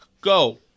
Go